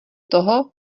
toho